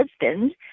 husband